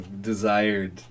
desired